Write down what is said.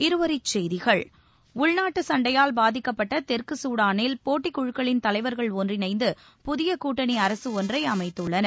இருவரிச்செய்திகள் உள்நாட்டு சண்டையால் பாதிக்கப்பட்ட தெற்கு சூடானில் போட்டி குழுக்களின் தலைவர்கள் ஒன்றிணைந்து புதிய கூட்டணி அரசு ஒன்றை அமைத்துள்ளனர்